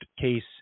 case